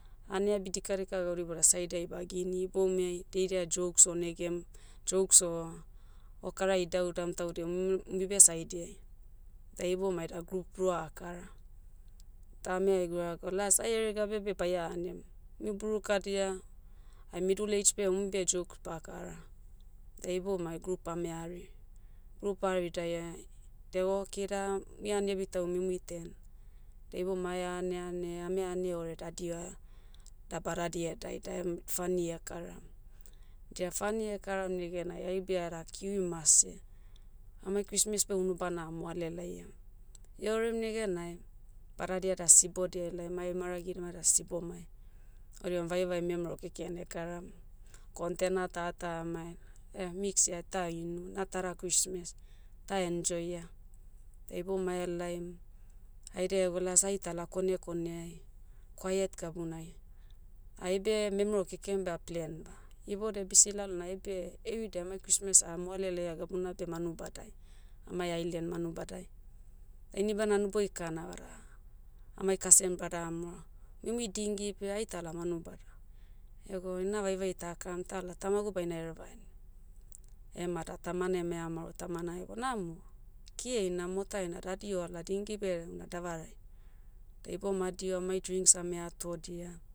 Aneabi dika dika gaudia ibouda saidai bagini boumiai, daidia jokes onegem, jokes o, okara idauidaum taudia mu- umi beh saidiai. Da iboumai da group rua akara. Da ame hegiro aga las ai eregabe beh baia anem. Mui burukadia, hai middle age beh umbeh jokes bakara. Da iboumai group ame hari. Group ahari daiai- deh okay da, mui aneabi taumui mui ten. Da iboumai ane ane ame ane ore dadio, da badadia edae da em- funny ekaram. Dia funny ekaram negenai aibe ada kirimase. Amai christmas beh unubana amoale laia. Eorem negenai, badadia da sibodia elaim ai maragidi mada sibomai. Odiam vaevae memero keken ekaram. Kontena tata amae, mixia ta inu, na tada christmas, ta enjoy ah. Da ibouma ahelaim, haida ego las aitala kone koneai, quiet gabunai. Aibe, memero keken beh ah plenva. Ibodia bisi lalna aibe, eridei amai christmas ah moale laia gabuna beh manubadai. Amai ailen manubadai. Da inibana hanuboi kana vada, amai kasen brada amoroa, muimui dingi beh aitala manubada. Ego ina vaevae ta karam tala tamagu baina hereva hen. Ema da tama emea maoro tamana ego namo, key heina mota heina dadiho ala dingi beh, una davarai. Da iboumai adiho amai drinks ame atodia,